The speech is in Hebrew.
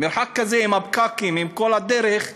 במרחק כזה, עם הפקקים, עם כל הדרך המשובשת,